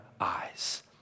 eyes